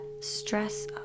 stress